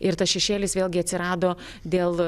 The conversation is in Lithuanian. ir tas šešėlis vėlgi atsirado dėl